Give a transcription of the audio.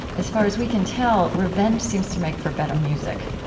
as far as we can tell, revenge seems to make for better music.